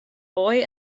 boy